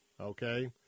Okay